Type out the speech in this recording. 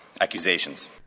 accusations